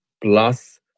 plus